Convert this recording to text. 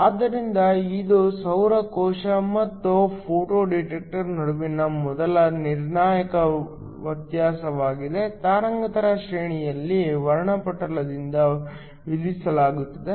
ಆದ್ದರಿಂದ ಇದು ಸೌರ ಕೋಶ ಮತ್ತು ಫೋಟೋ ಡಿಟೆಕ್ಟರ್ ನಡುವಿನ ಮೊದಲ ನಿರ್ಣಾಯಕ ವ್ಯತ್ಯಾಸವಾಗಿದೆ ತರಂಗಾಂತರ ಶ್ರೇಣಿಯನ್ನು ವರ್ಣಪಟಲದಿಂದ ವಿಧಿಸಲಾಗುತ್ತದೆ